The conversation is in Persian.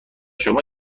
شما